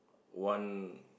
one